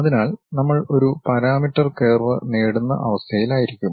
അതിനാൽ നമ്മൾ ഒരു പാരാമീറ്റർ കർവ് നേടുന്ന അവസ്ഥയിലായിരിക്കും